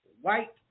white